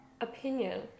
opinion